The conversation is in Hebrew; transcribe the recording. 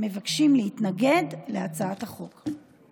מבקשים להתנגד להצעת החוק.